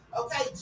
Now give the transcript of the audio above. Okay